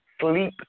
sleep